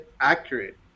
accurate